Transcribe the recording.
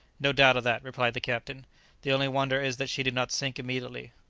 no doubt of that, replied the captain the only wonder is that she did not sink immediately.